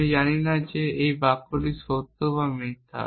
আমি জানি না এই বাক্যটি সত্য নাকি মিথ্যা